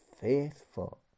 faithful